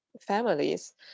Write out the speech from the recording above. families